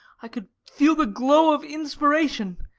i could feel the glow of inspiration,